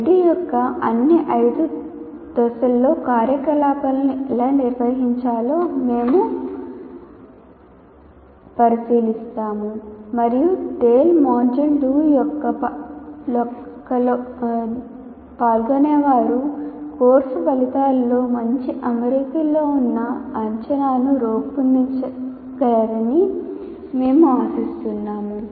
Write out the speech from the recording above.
ADDIE యొక్క అన్ని ఐదు దశలలో కార్యకలాపాలను ఎలా నిర్వహించాలో మేము పరిశీలిస్తాము మరియు TALE మాడ్యూల్ 2 యొక్క పాల్గొనేవారు కోర్సు ఫలితాలతో మంచి అమరికలో ఉన్న అంచనాను రూపొందించగలరని మేము ఆశిస్తున్నాము